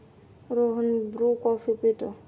Rohan Bru coffee पितो